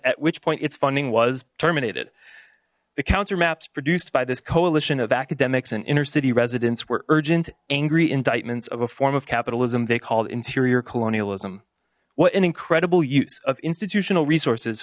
at which point its funding was terminated the counter maps produced by this coalition of academics and inner city residents were urgent angry indictments of a form of capitalism they called interior colonialism what an incredible use of institutional resources